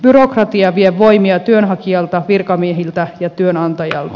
byrokratia vie voimia työnhakijalta virkamiehiltä ja työnantajalta